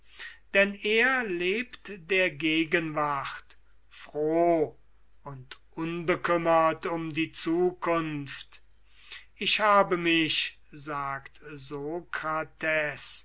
denn er lebt der gegenwart froh und unbekümmert um die zukunft ich habe mich sagt